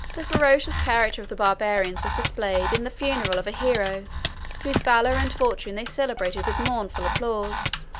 the ferocious character of the barbarians was displayed in the funeral of a hero whose valor and fortune they celebrated with mournful applause.